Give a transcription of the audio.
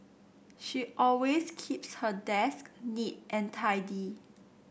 she always keeps her desk neat and tidy